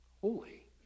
holy